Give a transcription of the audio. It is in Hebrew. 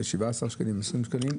17 או 20 שקלים,